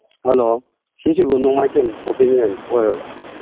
hello ꯁꯤꯁꯤꯕꯨ ꯅꯣꯡꯃꯥꯏꯊꯦꯝ ꯒꯣꯕꯤꯅꯦꯟ ꯑꯣꯏꯔꯕ